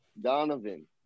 Donovan